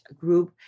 group